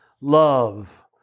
love